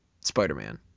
Spider-Man